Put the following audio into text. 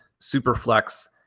Superflex